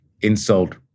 insult